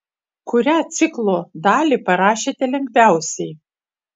kurią ciklo dalį parašėte lengviausiai